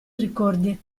ricordi